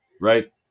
Right